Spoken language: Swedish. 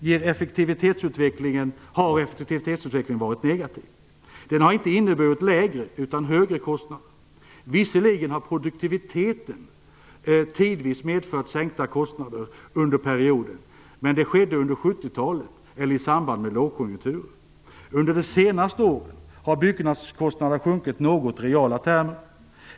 Sett över hela perioden har effektivitetsutvecklingen varit negativ. Den har inte inneburit lägre utan högre kostnader. Visserligen har produktiviteten tidvis medfört sänkta kostnader under perioden, men det skedde under 70-talet eller i samband med lågkonjunkturer. Under de senaste åren har byggkostnaderna sjunkit något i reala termer.